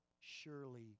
surely